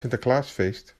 sinterklaasfeest